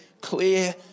clear